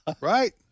right